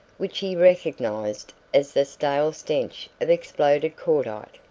which he recognised as the stale stench of exploded cordite.